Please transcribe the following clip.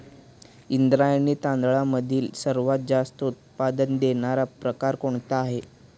इंद्रायणी तांदळामधील सर्वात जास्त उत्पादन देणारा प्रकार कोणता आहे?